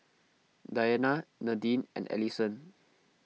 Diana Nadine and Ellison